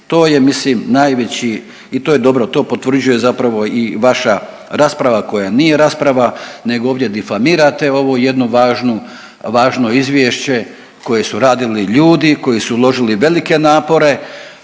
To je mislim najveći i to je dobro, to potvrđuje zapravo i vaša rasprava koja nije rasprava nego ovdje difamirate ovu jednu, jedno važno izvješće koje su radili ljudi koji su uložili velike napore.